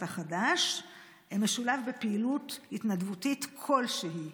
החדש משולב בפעילות התנדבותית כלשהי.